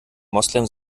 moslem